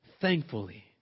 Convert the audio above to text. thankfully